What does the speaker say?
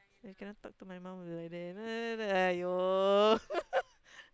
you cannot talk to my mom like that you know !aiyo!